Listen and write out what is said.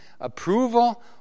approval